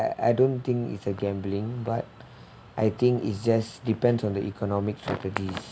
I I don't think it's a gambling but I think it's just depends on the economic strategies